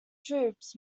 troops